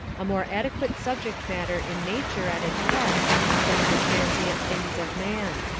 a more adequate subject matter in nature at its best than in the transient things of man.